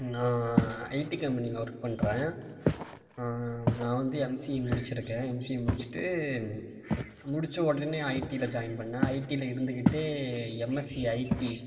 நான் ஐடி கம்பெனியில் ஒர்க் பண்ணுறேன் நான் வந்து எம்சிஏ முடிச்சுருக்கேன் எம்சிஏ முடிச்சுட்டு முடித்த உடனே ஐடியில் ஜாயின் பண்ணிணேன் ஐடியில் இருந்துக்கிட்டே எம்எஸ்சி ஐடி